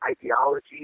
ideology